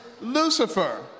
Lucifer